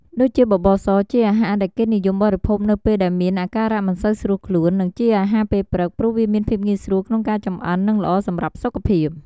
ដូចជាបបរស ជាអាហារដែលគេនិយមបរិភោគនៅពេលដែលមានអាការៈមិនសូវស្រួលខ្លួន និងជាអាហារពេលព្រឹក ព្រោះវាមានភាពងាយស្រួលក្នុងការចំអិន និងល្អសម្រាប់សុខភាព។